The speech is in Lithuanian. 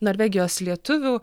norvegijos lietuvių